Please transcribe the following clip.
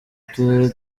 turere